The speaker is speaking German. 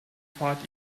pfad